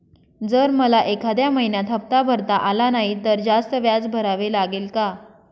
जर मला एखाद्या महिन्यात हफ्ता भरता आला नाही तर जास्त व्याज भरावे लागेल का?